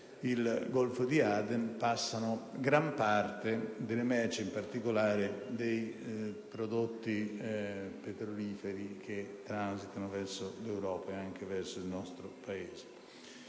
il Golfo di Aden, passano gran parte delle merci, in particolare i prodotti petroliferi che transitano verso l'Europa e anche verso il nostro Paese.